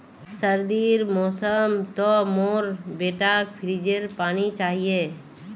सर्दीर मौसम तो मोर बेटाक फ्रिजेर पानी चाहिए